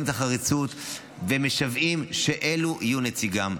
את החריצות ומשוועים שאלה יהיו נציגם.